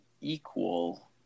equal